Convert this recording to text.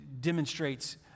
demonstrates